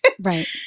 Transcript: Right